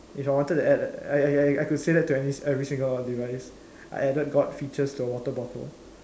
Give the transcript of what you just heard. if I wanted to add I I could say that to any every single device I added god features to a water bottle